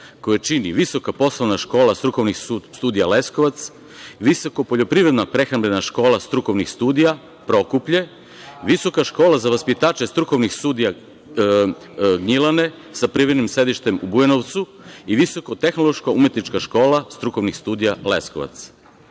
koji čini Visoka poslovna škola strukovnih studija Leskovac, Visoko poljoprivredno-prehrambena škola strukovnih studija Prokuplje, Visoka škola za vaspitače strukovnih studija Gnjilane, sa privremenim sedištem u Bujanovcu i Visoko-tehnološka umetnička škola strukovnih studija Leskovac. Svojim